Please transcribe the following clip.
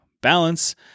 balance